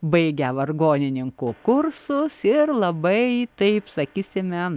baigę vargonininkų kursus ir labai taip sakysime